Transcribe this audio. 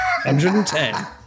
110